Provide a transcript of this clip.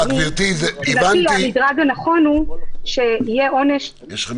מבחינתי המדרג הנכון הוא שיהיה עונש --- תודה רבה.